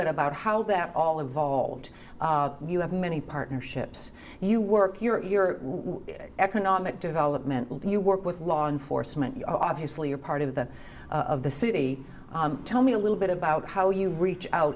bit about how that all evolved you have many partnerships you work your economic development you work with law enforcement obviously a part of the of the city tell me a little bit about how you reach out